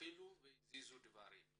התחילו והזיזו דברים.